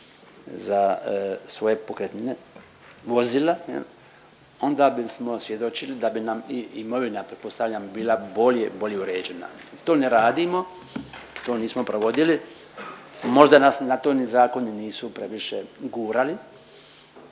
za svoje pokretnine vozila jel, onda bismo svjedočili da bi nam i imovina pretpostavljam bila bolje, bolje uređena. To ne radimo, to nismo provodili. Možda nas na to ni zakoni nisu previše gurali